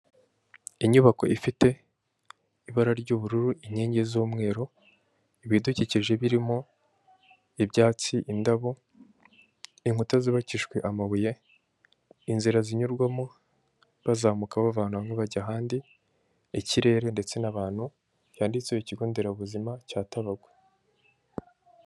Inyubako ifite ibara ry'ubururu, inkingi z'umweru ibidukikije birimo ibyatsi, indabo, inkuta zubakijwe amabuye, inzira zinyurwamo bazamuka bava ahantu hamwe bajya ahandi, ikirere ndetse n'abantu byanditse ku kigo nderabuzima cya Tabagwe.